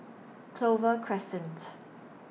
Clover Crescent